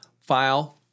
file